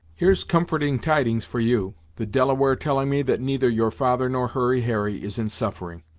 here's comforting tidings for you, the delaware telling me that neither your father nor hurry harry is in suffering,